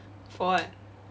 for what